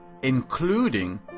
including